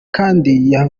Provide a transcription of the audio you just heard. kandiho